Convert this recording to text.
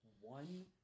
one